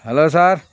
hello sir